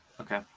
Okay